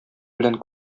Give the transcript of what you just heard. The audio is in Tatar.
белән